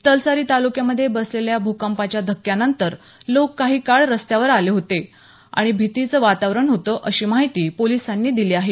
तलसारी तालुक्यामधे बसलेल्या भूकपाच्या धक्क्यानंतर लोक काही काळ रस्त्यावर आले होते आणि भीतीचं वातावरण होतं अशी माहिती पोलिसांनी दिली आहे